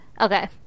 okay